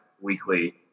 weekly